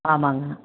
ஆமாங்க